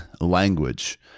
language